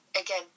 again